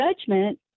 judgment